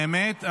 באמת,